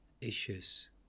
issues